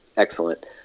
excellent